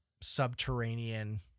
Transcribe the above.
subterranean